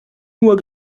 nur